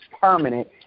permanent